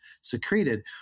secreted